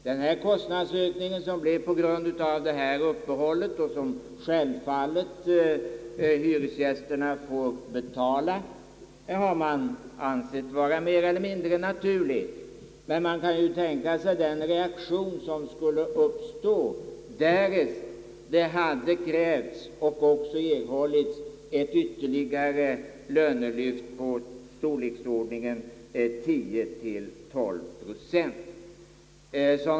Den kostnadsökning som uppstod på grund av detta uppehåll och som självfallet hyresgästerna får betala har ansetts vara mer eller mindre naturlig. Man kan tänka sig den reaktion som skulle uppstå, därest byggnadsarbetarna krävt och även erhållit ett ytterligare lönelyft på 10 å 12 procent.